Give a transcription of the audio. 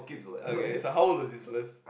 okay so how old are these fellas